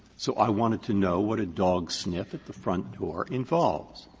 so i wanted to know what a dog sniff at the front door involved.